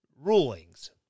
rulings